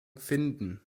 finden